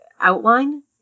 outline